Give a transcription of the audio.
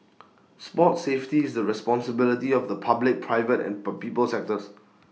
sports safety is the responsibility of the public private and per people sectors